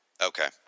Okay